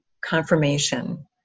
confirmation